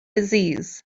disease